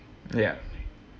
ya